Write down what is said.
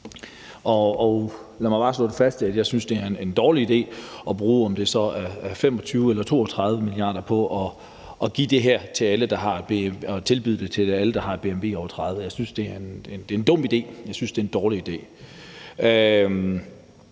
Lad mig bare slå det fast: Jeg synes, det er en dårlig idé at bruge, om det så er 25 eller 32 mia. kr. på at tilbyde det her til alle, der har et bmi over 30. Jeg synes, det er en dum idé; jeg synes, det er en dårlig idé.